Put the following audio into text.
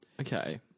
Okay